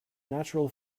natural